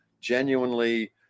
genuinely